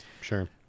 sure